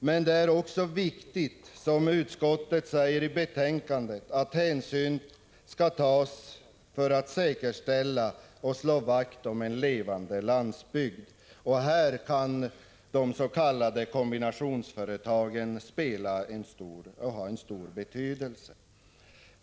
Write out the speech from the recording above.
Men det är också viktigt, som utskottet säger i betänkandet, att hänsyn tas för att säkerställa och slå vakt om en levande landsbygd. Här kan de s.k. kombinationsföretagen ha stor betydelse.